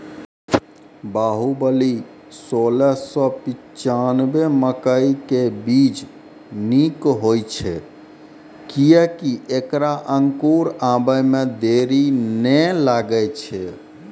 बाहुबली सोलह सौ पिच्छान्यबे मकई के बीज निक होई छै किये की ऐकरा अंकुर आबै मे देरी नैय लागै छै?